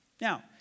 Now